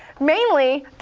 mainly,